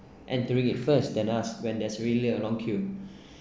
entering it first than us when there's really a long queue